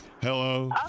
Hello